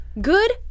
Good